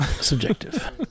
subjective